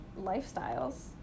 lifestyles